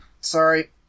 Sorry